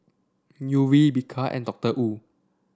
Yuri Bika and Doctor Wu